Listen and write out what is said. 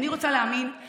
אני רוצה להאמין,